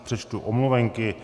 Přečtu omluvenky.